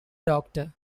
doctor